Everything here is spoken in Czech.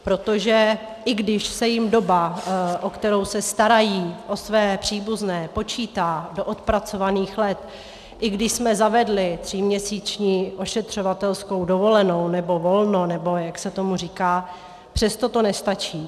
Protože i když se jim doba, po kterou se starají o své příbuzné, počítá do odpracovaných let, i když jsme zavedli tříměsíční ošetřovatelskou dovolenou, nebo volno, nebo jak se tomu říká, přesto to nestačí.